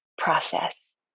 process